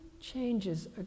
changes